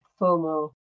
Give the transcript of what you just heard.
fomo